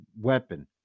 weapon